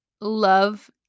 love